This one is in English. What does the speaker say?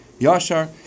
Yashar